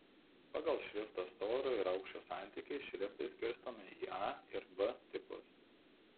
pagal šrifto storio ir aukščio santykį šriftai skirstomi į a ir b tipus